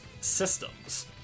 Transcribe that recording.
systems